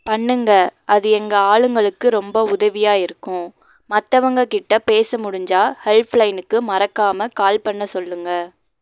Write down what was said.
பண்ணுங்கள் அது எங்கள் ஆளுங்களுக்கு ரொம்ப உதவியாக இருக்கும் மற்றவங்ககிட்ட பேச முடிஞ்சால் ஹெல்ப்லைனுக்கு மறக்காமல் கால் பண்ண சொல்லுங்கள்